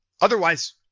Otherwise